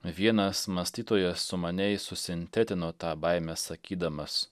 vienas mąstytojas sumaniai susintetino tą baimę sakydamas